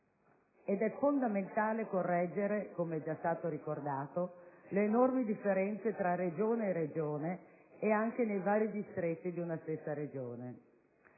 È fondamentale correggere - com'è già stato ricordato - le enormi differenze tra Regione e Regione e tra i vari distretti di una stessa Regione.